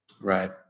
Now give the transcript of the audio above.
Right